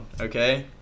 okay